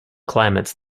climates